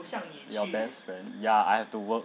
your best friend ya I have to work